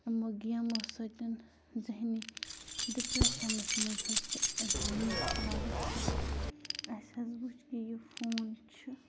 یِمو گیمو سۭتۍ ذہنی ڈِپرٛٮ۪شَنَس منٛز حظ چھِ اِنسان مُبتلا گژھان اَسہِ حظ وٕچھ کہِ یہِ فون چھِ